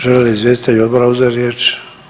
Žele li izvjestitelji odbora uzeti riječ?